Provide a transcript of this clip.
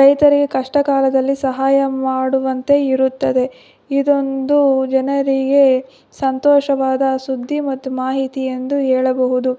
ರೈತರಿಗೆ ಕಷ್ಟ ಕಾಲದಲ್ಲಿ ಸಹಾಯ ಮಾಡುವಂತೆ ಇರುತ್ತದೆ ಇದೊಂದು ಜನರಿಗೆ ಸಂತೋಷವಾದ ಸುದ್ದಿ ಮತ್ತು ಮಾಹಿತಿ ಎಂದು ಹೇಳಬಹುದು